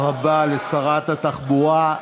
תודה רבה לשרת התחבורה.